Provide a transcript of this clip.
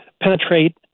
penetrate